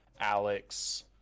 Alex